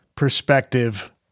perspective